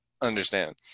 understand